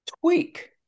tweak